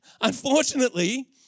Unfortunately